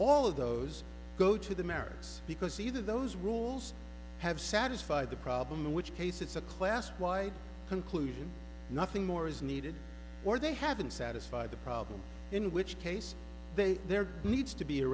all of those go to the merits because either those rules have satisfied the problem in which case it's a class wide conclusion nothing more is needed or they haven't satisfied the problem in which case there needs to be a